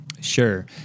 Sure